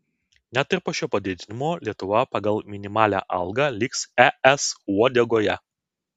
net ir po šio padidinimo lietuva pagal minimalią algą liks es uodegoje